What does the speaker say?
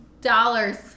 dollars